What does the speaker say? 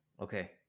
Okay